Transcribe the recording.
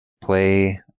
play